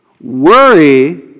Worry